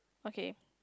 okay